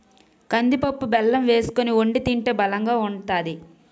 కందిపప్పు బెల్లం వేసుకొని వొండి తింటే బలంగా ఉంతాది